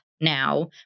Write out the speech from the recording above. now